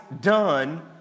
done